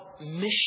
mission